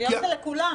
שוויון זה לכולם,